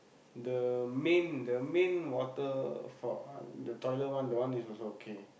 the main the main water for the toilet one that one is also okay